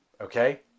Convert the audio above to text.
okay